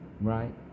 Right